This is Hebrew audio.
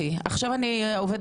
אני עובדת זרה תאילנדית,